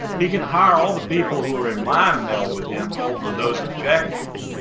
he can hire all the people who are in mind meld with him over those objectives.